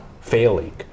failing